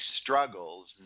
struggles